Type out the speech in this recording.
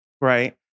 Right